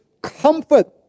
comfort